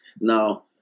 now